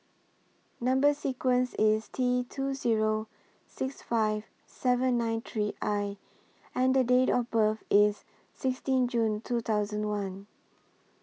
Number sequence IS T two Zero six five seven nine three I and Date of birth IS sixteen June two thousand and one